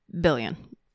billion